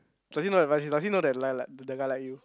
does he know that does he know that like like that guy like you